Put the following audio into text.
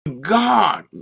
God